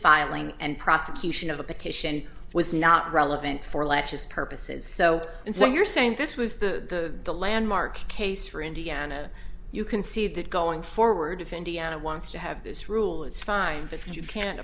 filing and prosecution of a petition was not relevant for lectures purposes so and so you're saying this was the the landmark case for indiana you can see that going forward if indiana wants to have this rule it's fine but you can't